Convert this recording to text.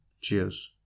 Cheers